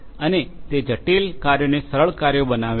અને તે જટિલ કાર્યોને સરળ કાર્યો બનાવે છે